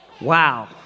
Wow